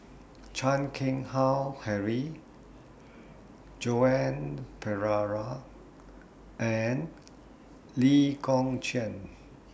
Chan Keng Howe Harry Joan Pereira and Lee Kong Chian